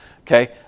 Okay